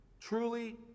truly